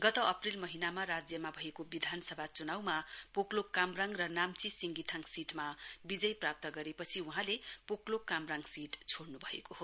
गत अप्रेल महीनामा राज्यमा भएको विधानसभा चुनाउमा पोकलोक कामराङ र नाम्ची सिंगीथाङ सीटमा विजय प्राप्त गरेपछि वहाँले पोकलोक कामराङ सीट छोइनु भएको हो